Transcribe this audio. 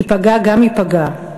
ייפגע גם ייפגע.